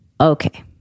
okay